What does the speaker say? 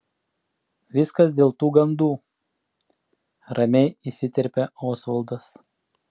viskas dėl tų gandų ramiai įsiterpia osvaldas